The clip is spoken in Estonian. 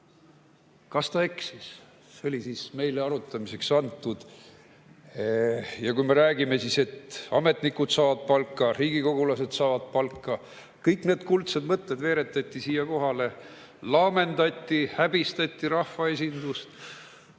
Kas ta eksis – see oli meile arutamiseks antud. Ja me räägime, et ametnikud saavad palka, riigikogulased saavad palka – kõik need kuldsed mõtted veeretati siia kohale, laamendati, häbistati rahvaesindust. Mida